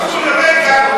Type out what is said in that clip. תודה,